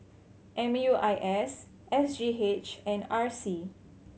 M U I S S G H and R C